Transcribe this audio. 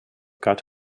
got